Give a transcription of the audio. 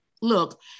Look